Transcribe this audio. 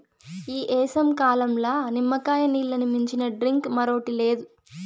ఈ ఏసంకాలంల నిమ్మకాయ నీల్లని మించిన డ్రింక్ మరోటి లే